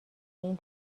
این